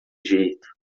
jeito